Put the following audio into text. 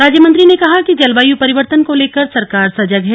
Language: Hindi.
राज्यमंत्री ने कहा कि जलवायु परिवर्तन को लेकर सरकार सजग है